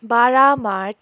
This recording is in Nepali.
बाह्र मार्च